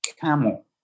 Camel